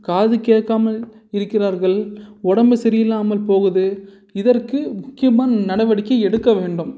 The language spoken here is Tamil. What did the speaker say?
காது கேட்காமல் இருக்கிறார்கள் உடம்பு சரி இல்லாமல் போவது இதற்கு முக்கியமான நடவடிக்கை எடுக்க வேண்டும்